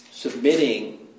Submitting